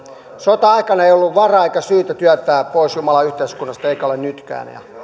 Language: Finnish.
sota aikana ei ollut varaa eikä syytä työntää pois jumalaa yhteiskunnasta eikä ole nytkään ja